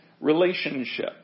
relationship